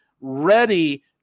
ready